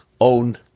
own